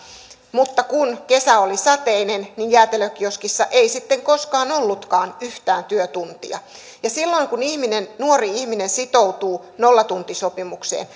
mutta kun kesä oli sateinen niin jäätelökioskissa ei sitten koskaan ollutkaan yhtään työtuntia silloin kun ihminen nuori ihminen sitoutuu nollatuntisopimukseen